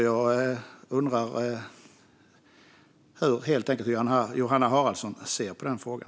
Jag undrar helt enkelt hur Johanna Haraldsson ser på den frågan.